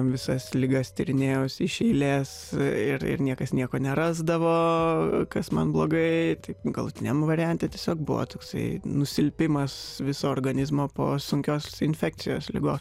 visas ligas tyrinėjausi iš eilės ir ir niekas nieko nerasdavo kas man blogai taip galutiniam variante tiesiog buvo toksai nusilpimas viso organizmo po sunkios infekcijos ligos